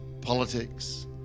politics